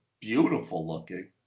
beautiful-looking